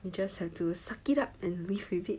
you just have to suck it up and live with it